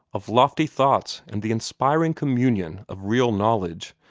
of lofty thoughts and the inspiring communion of real knowledge,